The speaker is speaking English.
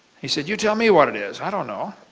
he said, you tell me what it is, i don't know!